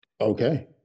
Okay